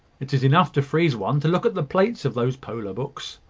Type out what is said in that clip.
it is enough to freeze one to look at the plates of those polar books.